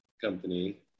company